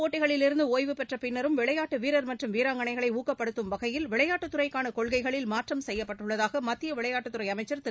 போட்டிகளிலிருந்துஒய்வு பெற்றபின்னரும் விளையாட்டுப் விளையாட்டுவீரர் மற்றும் வீராங்கனைகளைக்கப்படுத்தும் வகையில் விளையாட்டுத்துறைக்கானகொள்கைகளில் மாற்றம் செய்யப்பட்டுள்ளதாகமத்தியவிளையாட்டுத்துறைஅமைச்சர் திரு